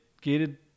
gated